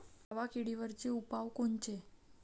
मावा किडीवरचे उपाव कोनचे?